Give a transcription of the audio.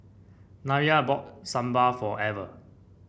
Nyah bought Sambar for Ever